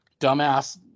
dumbass